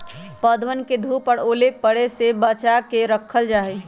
पौधवन के धूप और ओले पड़े से बचा के रखल जाहई